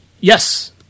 Yes